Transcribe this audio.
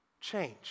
change